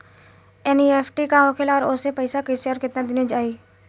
NEFT का होखेला और ओसे पैसा कैसे आउर केतना दिन मे जायी?